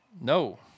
no